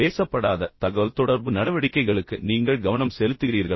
பேசப்படாத தகவல்தொடர்பு நடவடிக்கைகளுக்கு நீங்கள் கவனம் செலுத்துகிறீர்களா